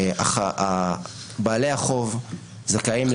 בעלי החוב זכאים,